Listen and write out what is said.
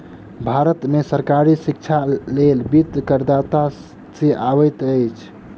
भारत में सरकारी शिक्षाक लेल वित्त करदाता से अबैत अछि